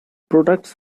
products